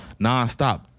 nonstop